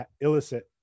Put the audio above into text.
illicit